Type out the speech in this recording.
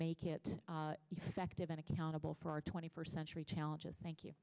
make it effective and accountable for our twenty first century challenges thank you